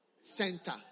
center